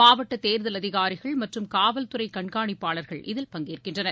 மாவட்ட தேர்தல் அதிகாரிகள் மற்றும் காவல்துறை கண்காணிப்பாளர்கள் இதில் பங்கேற்கின்றனர்